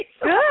Good